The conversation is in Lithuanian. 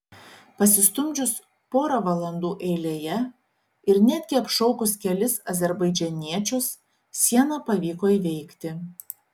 pasistumdžius porą valandų eilėje ir netgi apšaukus kelis azerbaidžaniečius sieną pavyko įveikti